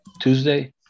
Tuesday